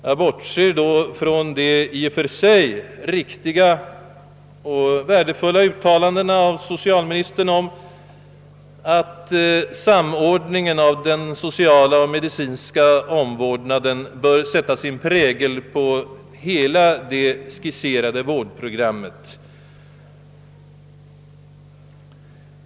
Jag bortser då från de i och för sig värdefulla och riktiga uttalandena av socialministern om att samordning av den sociala och medicinska omvårdnaden bör sätta sin prägel på hela det skisserade vårdprogrammet.